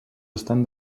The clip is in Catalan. estan